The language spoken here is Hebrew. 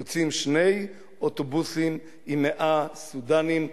יוצאים שני אוטובוסים עם 100 סודנים,